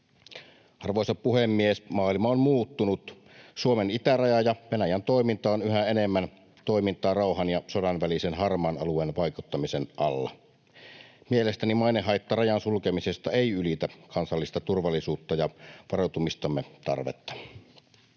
Arvoisa puhemies! Maailma on muuttunut. Suomen itäraja ja Venäjän toiminta ovat yhä enemmän toimintaa rauhan ja sodan välisen harmaan alueen vaikuttamisen alla. Mielestäni mainehaitta rajan sulkemisesta ei ylitä kansallista turvallisuutta ja varautumisemme tarvetta.